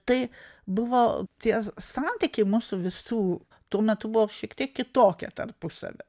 tai buvo tie santykiai mūsų visų tuo metu buvo šiek tiek kitokie tarpusavio